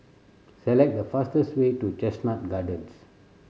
select the fastest way to Chestnut Gardens